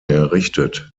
errichtet